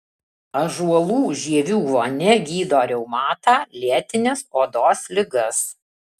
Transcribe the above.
ąžuolų žievių vonia gydo reumatą lėtines odos ligas